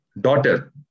daughter